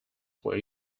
were